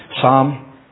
psalm